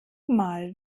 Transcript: mal